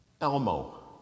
Elmo